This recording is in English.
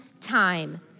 time